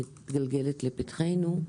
מתגלגלת לפתחנו.